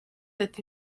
ati